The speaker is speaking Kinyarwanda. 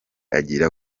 agira